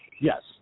Yes